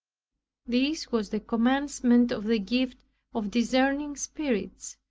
this was the commencement of the gift of discerning spirits,